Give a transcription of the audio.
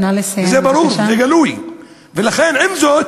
זה ברור, זה גלוי, ולכן, עם זאת,